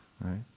right